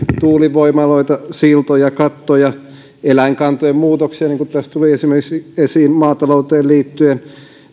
tuulivoimaloita siltoja kattoja eläinkantojen muutoksia niin kuin tässä tuli esiin esimerkiksi maatalouteen liittyen